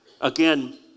again